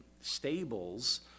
stables